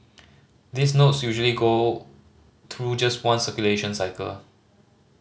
these notes usually go through just one circulation cycle